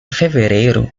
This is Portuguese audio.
fevereiro